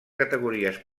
categories